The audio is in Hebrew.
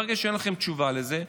וברגע שאין לכם תשובה לזה,